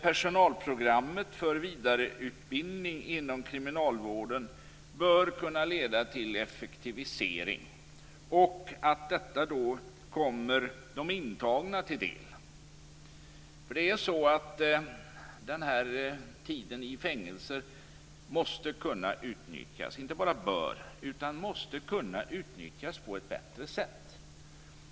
Personalprogrammet för vidareutbildning inom kriminalvården bör kunna leda till effektivisering. Detta bör sedan komma de intagna till del. Tiden i fängelset måste - inte bara bör utan måste - nämligen kunna utnyttjas på ett bättre sätt.